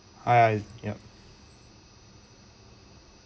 hi yup